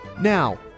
Now